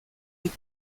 lic